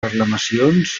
reclamacions